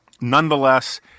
Nonetheless